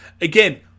Again